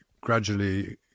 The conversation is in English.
gradually